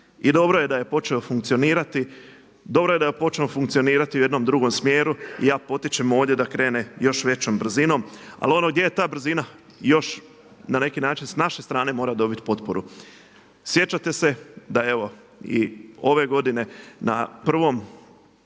dobro je da je počeo funkcionirati u jednom drugom smjeru i ja potičem ovdje da krene još većom brzinom. Ali ono gdje je ta brzina? Još na neki način sa naše strane mora dobit potporu. Sjećate se da evo i ove godine na prvoj